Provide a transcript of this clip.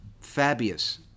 Fabius